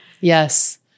Yes